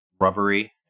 rubbery